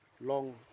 long